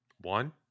One